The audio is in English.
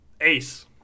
Ace